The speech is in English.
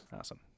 awesome